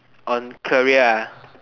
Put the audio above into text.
on career ah